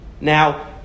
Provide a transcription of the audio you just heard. Now